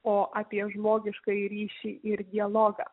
o apie žmogiškąjį ryšį ir dialogą